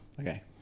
Okay